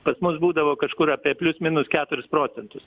kad mus būdavo kažkur apie plius minus keturis procentus